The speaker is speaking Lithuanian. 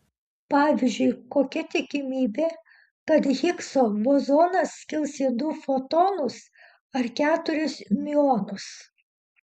pavyzdžiui kokia tikimybė kad higso bozonas skils į du fotonus ar keturis miuonus